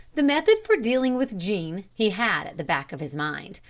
the method for dealing with jean he had at the back of his mind.